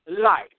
life